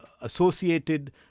associated